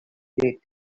date